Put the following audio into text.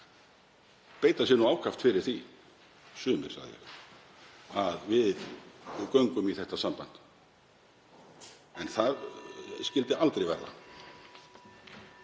beita sér nú ákaft fyrir því — sumir, sagði ég — að við göngum í þetta samband. En það skyldi aldrei verða.